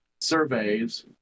surveys